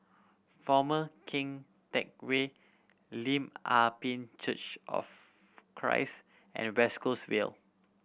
Former Keng Teck Whay Lim Ah Pin Church of Christ and West Coast Vale